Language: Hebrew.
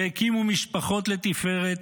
והקימו משפחות לתפארת,